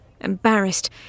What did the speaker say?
embarrassed